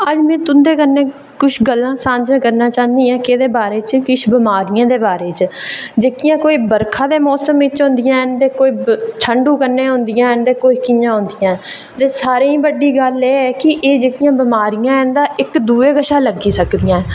अज्ज में तुं'दे कन्नै कुछ गल्लां सांझा करना चाह्न्नीं आं के केह्दे बारे च किश बमारियें दे बारे च जेह्कियां कोई बरखै दे मौसम च होंदियां न कोई ठंडू कन्नै होंदियां न ते कोई कियां होंदियां न ते सारें कोला बड्डी गल्ल ऐ के एह् जेह्कियां बमारियां तां ओह् एह् इक दुऐ कोला लग्गी सकदियां न